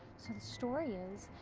so the story is,